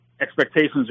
expectations